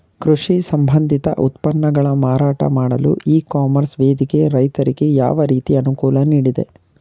ಕೃಷಿ ಸಂಬಂಧಿತ ಉತ್ಪನ್ನಗಳ ಮಾರಾಟ ಮಾಡಲು ಇ ಕಾಮರ್ಸ್ ವೇದಿಕೆ ರೈತರಿಗೆ ಯಾವ ರೀತಿ ಅನುಕೂಲ ನೀಡಿದೆ?